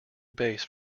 base